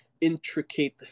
intricate